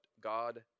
God